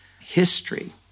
history